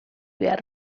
behar